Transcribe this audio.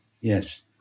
Yes